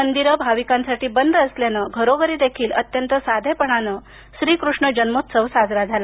मंदिरं भाविकांसाठी बंद असल्यानं घरोघरी देखील अत्यंत साधेपणानं श्रीकृष्ण जन्मोत्सव साजरा झाला